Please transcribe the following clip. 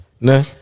No